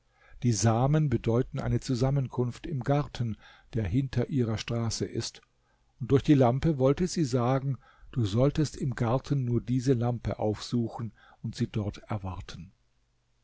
die samen bedeuten eine zusammenkunft im garten der hinter ihrer straße ist und durch die lampe wollte sie sagen du solltest im garten nur diese lampe aufsuchen und sie dort erwarten